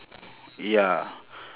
ya